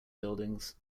buildings